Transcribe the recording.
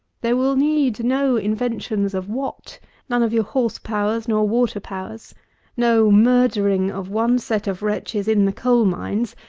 there will need no inventions of watt none of your horse powers, nor water powers no murdering of one set of wretches in the coal mines,